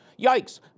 Yikes